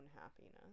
happiness